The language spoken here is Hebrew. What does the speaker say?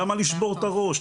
למה לשבור את הראש,